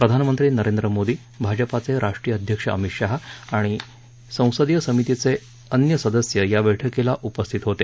प्रधानमंत्री नरेंद्र मोदी भाजपाचे राष्ट्रीय अध्यक्ष अमित शाह आणि संसदीय समितीचे अन्य सदस्य या बैठकीला उपस्थित होते